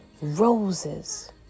roses